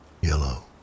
Yellow